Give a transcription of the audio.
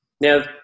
Now